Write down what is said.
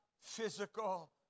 physical